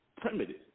primitive